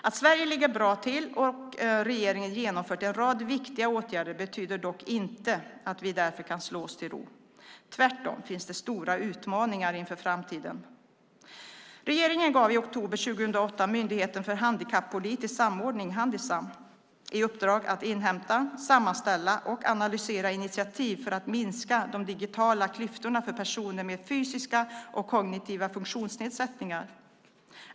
Att Sverige ligger bra till och regeringen genomfört en rad viktiga åtgärder betyder dock inte att vi därför kan slå oss till ro. Tvärtom finns det stora utmaningar inför framtiden. Regeringen gav i oktober 2008 Myndigheten för handikappolitisk samordning, Handisam, i uppdrag att inhämta, sammanställa och analysera initiativ för att minska de digitala klyftorna för personer med fysiska och kognitiva funktionsnedsättningar.